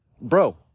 bro